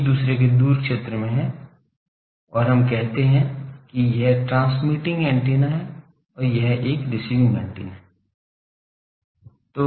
एक दूसरे के दूर क्षेत्र में और हम कहते हैं कि यह एक ट्रांसमिटिंग एंटीना है यह एक रिसीविंग एंटीना है